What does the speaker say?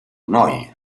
noi